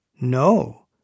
No